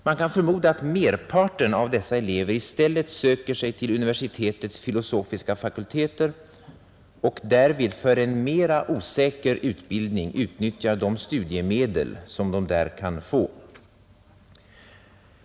Man kan förmoda att merparten av dessa elever i stället söker sig till universitetens filosofiska fakulteter och därvid för en mera osäker utbildning utnyttjar de studiemedel som de där kan få.